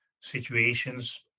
situations